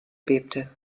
bebte